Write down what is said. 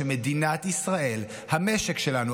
שבמדינת ישראל המשק שלנו,